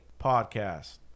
podcast